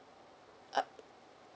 uh